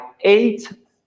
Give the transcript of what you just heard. eight